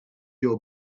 your